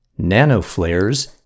Nanoflares